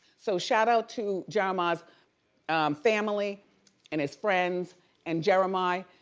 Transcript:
so shout out to jeremiah's family and his friends and jeremiah,